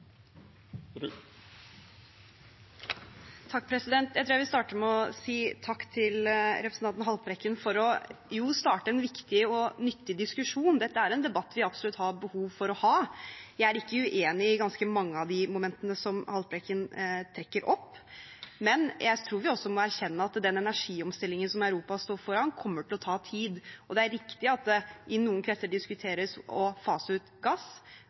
til representanten Haltbrekken for å starte en viktig og nyttig diskusjon. Dette er en debatt vi absolutt har behov for å ha. Jeg er ikke uenig i ganske mange av de momentene som Haltbrekken trekker opp, men jeg tror vi også må erkjenne at den energiomstillingen som Europa står foran, kommer til å ta tid. Det er riktig at det i noen kretser diskuteres å fase ut gass,